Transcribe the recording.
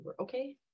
okay